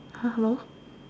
hello